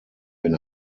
wenn